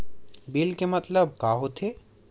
Bill के मतलब का होथे?